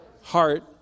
heart